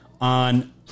on